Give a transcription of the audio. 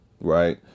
Right